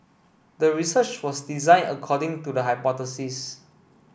the research was designed according to the hypothesis